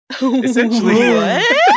Essentially